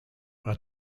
are